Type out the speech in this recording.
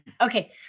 Okay